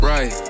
Right